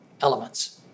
elements